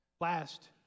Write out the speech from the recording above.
last